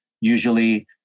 usually